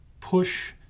push